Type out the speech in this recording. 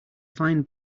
fine